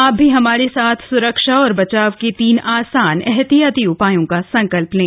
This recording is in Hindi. आप भी हमारे साथ सुरक्षा और बचाव के तीन आसान एहतियाती उपायों का संकल्प लें